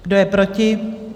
Kdo je proti?